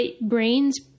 brains